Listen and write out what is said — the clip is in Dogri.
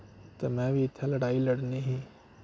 ते में बी इत्थें लड़ाई लड़नी ही